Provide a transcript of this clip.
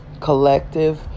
collective